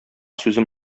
сүзем